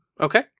okay